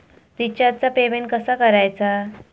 रिचार्जचा पेमेंट कसा करायचा?